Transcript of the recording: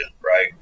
Right